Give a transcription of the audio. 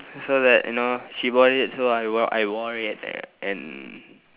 so that you know she bought it so I wore I wore it and